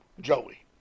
Joey